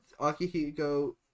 Akihiko